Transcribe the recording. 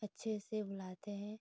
अच्छे से बुलाते हैं